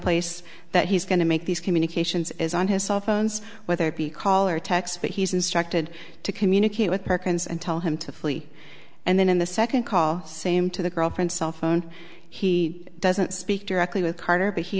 place that he's going to make these communications is on his cell phones whether it be call or text but he's instructed to communicate with perkins and tell him to flee and then in the second call same to the girlfriend cell phone he doesn't speak directly with carter but he